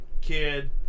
Kid